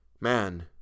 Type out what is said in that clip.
Man